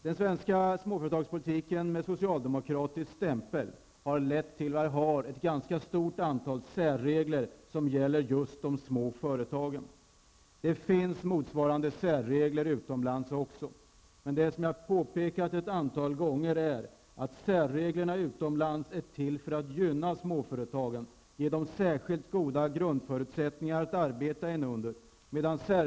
Den svenska småföretagspolitiken med socialdemokratisk stämpel har lett till att vi har ett ganska stort antal särregler som gäller just de små företagen. Det finns motsvarande särregler utomlands också, men särreglerna utomlands är till för att gynna småföretagen och ge dem särskilt goda grundförutsättningar att arbeta under. Detta har jag påpekat ett antal gånger.